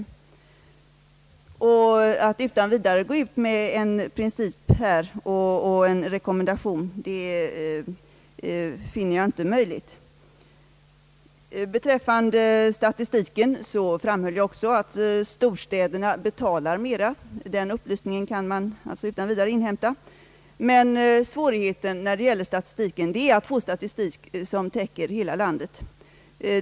Att här utan vidare föra fram en princip och en rekommendation finner jag inte möjligt. Beträffande statistiken framhöll jag också, att storstäderna betalar mera. Den upplysningen kan man utan vidare inhämta. Men svårigheten när det gäller statistiken är att få statistik som täcker hela landet.